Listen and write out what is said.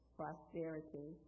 prosperity